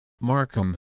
Markham